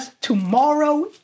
tomorrow